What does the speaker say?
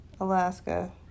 Alaska